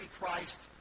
Christ